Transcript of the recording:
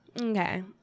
Okay